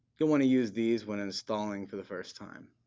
you'll want to use these when installing for the first time.